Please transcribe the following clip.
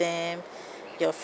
them your